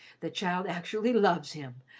the child actually loves him,